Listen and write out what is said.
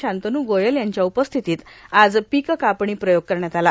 शांतनू गोयल यांच्या उपस्थितीत आज पीक कापणी प्रयोग करण्यात आला